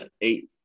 eight